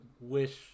wish